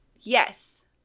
Yes